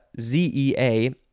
Z-E-A